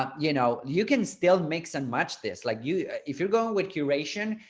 um you know, you can still make some much this like you if you're going with curation,